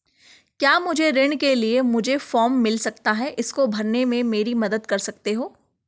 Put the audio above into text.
क्या मुझे ऋण के लिए मुझे फार्म मिल सकता है इसको भरने में मेरी मदद कर सकते हो?